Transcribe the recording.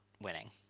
winning